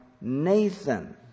Nathan